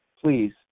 please